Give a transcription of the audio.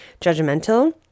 judgmental